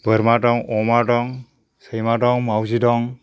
बोरमा दं अमा दं सैमा दं मावजि दं